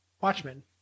Watchmen